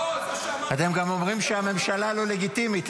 לא --- אתם גם אומרים שהממשלה לא לגיטימית,